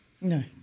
No